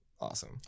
Awesome